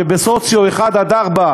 שבסוציו-אקונומי 1,